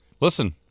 Listen